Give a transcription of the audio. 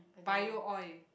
bio oil